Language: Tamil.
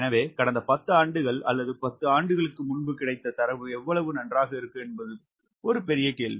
எனவே கடந்த 10 ஆண்டுகள் அல்லது 10 ஆண்டுகளுக்கு முன்பு கிடைத்த தரவு எவ்வளவு நன்றாக இருக்கும் என்பது ஒரு பெரிய கேள்வி